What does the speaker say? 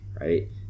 right